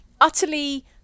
utterly